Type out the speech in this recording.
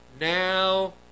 Now